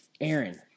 Aaron